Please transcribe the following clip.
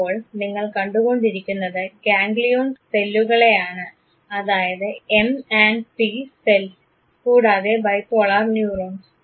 ഇപ്പോൾ നിങ്ങൾ കണ്ടുക്കൊണ്ടിരിക്കുന്നത് ഗാംഗ്ലിയോൺ സെല്ലുകളെയാണ് അതായത് എം ആൻഡ് പി സെൽസ് കൂടാതെ ബൈപോളർ ന്യൂറോൺസ്